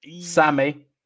Sammy